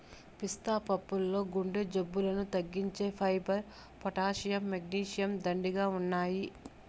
పిస్తా పప్పుల్లో గుండె జబ్బులను తగ్గించే ఫైబర్, పొటాషియం, మెగ్నీషియం, దండిగా ఉన్నాయి